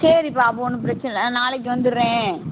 சரிப்பா அப்போ ஒன்றும் பிரச்சனை இல்லை நாளைக்கு வந்துடுறேன்